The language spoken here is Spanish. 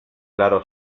claro